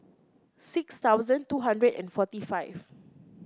six thousand two hundred and forty five